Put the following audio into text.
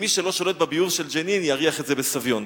ומי שלא שולט בביוב של ג'נין, יריח את זה בסביון.